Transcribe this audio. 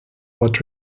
what